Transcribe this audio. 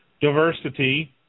Diversity